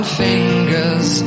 fingers